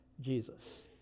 Jesus